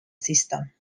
system